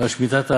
ועל שמיטת הארץ.